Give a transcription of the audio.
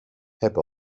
heb